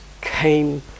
came